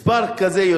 מספר כזה,